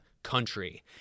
country